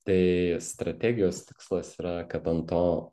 tai strategijos tikslas yra kad ant to